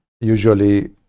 Usually